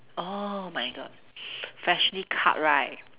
oh my god freshly cut right